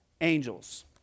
angels